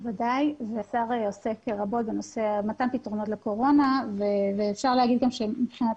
ודאי והשר עוסק רבות במתן פתרונות לקורונה ואפשר להגיד גם שמבחינת